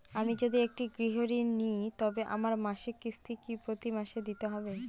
আমি যদি একটি গৃহঋণ নিই তবে আমার মাসিক কিস্তি কি প্রতি মাসে দিতে হবে?